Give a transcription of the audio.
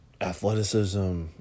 athleticism